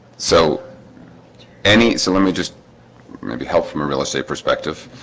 so any so let me just maybe help from a real estate perspective